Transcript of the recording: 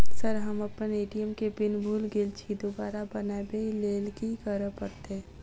Sir हम अप्पन ATM केँ पिन भूल गेल छी दोबारा बनाबै लेल की करऽ परतै?